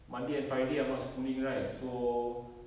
monday and friday I'm not schooling right so